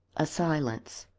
a silence,